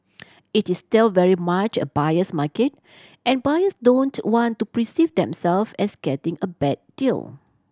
it is still very much a buyer's market and buyers don't want to themselves as getting a bad deal